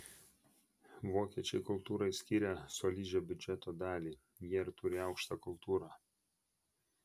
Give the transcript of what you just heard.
vokiečiai kultūrai skiria solidžią biudžeto dalį jie ir turi aukštą kultūrą